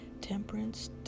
temperance